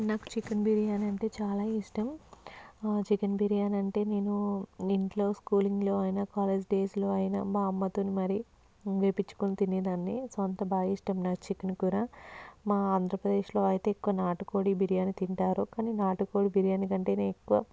నాకు చికెన్ బిర్యానీ అంటే చాలా ఇష్టం చికెన్ బిర్యానీ అంటే నేను ఇంట్లో స్కూలింగ్లో అయినా కాలేజ్ డేస్లో అయినా మా అమ్మతో మరి వండించుకొని తినేదాన్ని అంత బాగా ఇష్టం నాకు చికెన్ కూర మా ఆంధ్రప్రదేశ్లో అయితే ఎక్కువ నాటుకోడి బిర్యానీ తింటారు కానీ నాటుకోడి బిర్యానీ కంటే ఎక్కువ